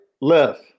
Left